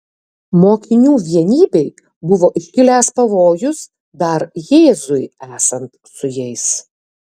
mokinių vienybei buvo iškilęs pavojus dar jėzui esant su jais